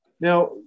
Now